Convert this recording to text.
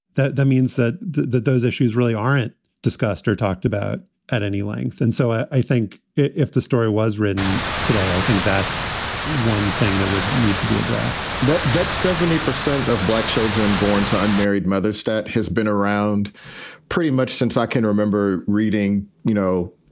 that that means that that those issues really really aren't discussed or talked about at any length and so i think if the story was written today, i think that's one thing that would need to be addressed, that that seventy percent of black children born to unmarried mothers stat has been around pretty much since i can remember reading, you know,